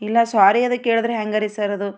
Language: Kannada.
ಇಲ್ಲ ಸ್ವಾರಿ ಅದು ಕೇಳಿದ್ರೆ ಹೆಂಗರೀ ಸರ್ ಅದು